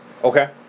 Okay